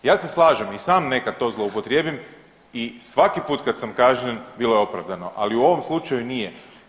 Ja se slažem i sam nekad to zloupotrijebim i svaki put kad sam kažnjen bilo je opravdano, ali u ovom slučaju nije.